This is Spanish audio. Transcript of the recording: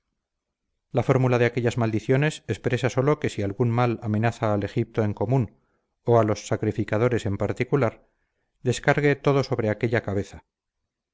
la fórmula de aquellas maldiciones expresa sólo que si algún mal amenaza al egipto en común o a los sacrificadores en particular descargue todo sobre aquella cabeza